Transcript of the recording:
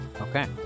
Okay